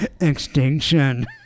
extinction